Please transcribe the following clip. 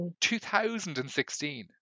2016